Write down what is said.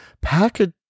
Package